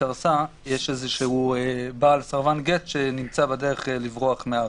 קרסה יש איזה בעל סרבן גט שנמצא בדרך לברוח מהארץ.